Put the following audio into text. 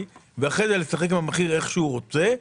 ואחרי זה לשחק עם המחיר איך שהוא רוצה,